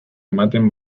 ematen